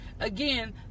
Again